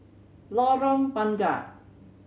Lorong Bunga